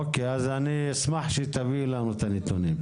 אוקיי, אז אני אשמח שתביאי לנו את הנתונים.